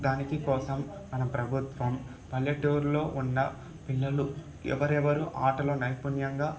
దాని కోసం మన ప్రభుత్వం పల్లెటూర్లో ఉన్న పిల్లలు ఎవరెవరు ఆటలు నైపుణ్యంగా